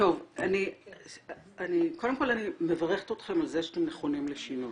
קודם כול אני מברכת אתכם על זה שאתם נכונים לשינוי.